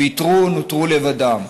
ויתרו, נותרו לבדם.